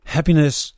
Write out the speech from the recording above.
Happiness